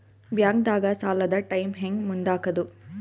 ಬ್ಯಾಂಕ್ದಾಗ ಸಾಲದ ಟೈಮ್ ಹೆಂಗ್ ಮುಂದಾಕದ್?